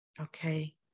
okay